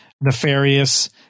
nefarious